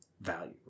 value